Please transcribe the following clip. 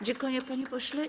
Dziękuję, panie pośle.